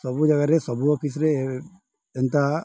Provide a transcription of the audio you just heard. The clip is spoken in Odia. ସବୁ ଜାଗାରେ ସବୁ ଅଫିସ୍ରେ ଏନ୍ତା